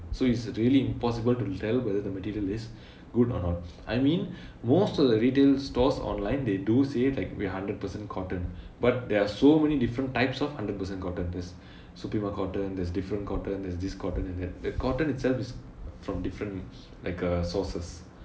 so it's really impossible to tell whether the material is good or not I mean most of the retail stores online they do say like we're hundred per cent cotton but there are so many different types of hundred per cent cotton there's sativa cotton there's different cotton there's this cotton and that that cotton itself is from different like uh sources